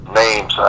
names